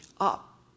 up